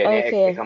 okay